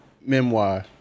Memoir